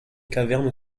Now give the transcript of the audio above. caverne